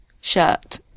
shirt